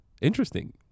interesting